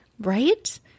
right